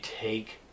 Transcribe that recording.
take